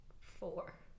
Four